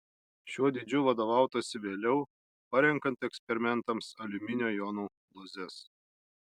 šiuo dydžiu vadovautasi vėliau parenkant eksperimentams aliuminio jonų dozes